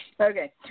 Okay